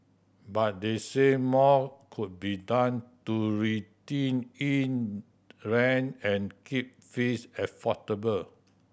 but they say more could be done to rein in rent and keep fees affordable